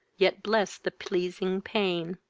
yet bless the pleasing pain.